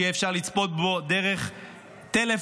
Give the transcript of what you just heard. שיהיה אפשר לצפות בו דרך טלפון,